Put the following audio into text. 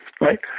right